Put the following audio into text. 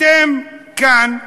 אתם כאן,